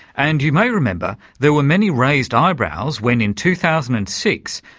and you may remember, there were many raised eyebrows when in two thousand and six,